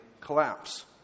collapse